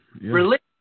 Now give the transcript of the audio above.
Religion